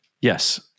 Yes